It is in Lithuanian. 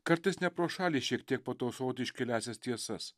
kartais ne pro šalį šiek tiek patausoti iškiliąsias tiesas